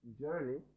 journey